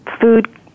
food